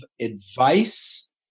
advice